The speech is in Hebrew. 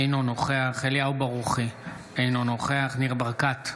אינו נוכח אליהו ברוכי, אינו נוכח ניר ברקת,